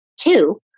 Two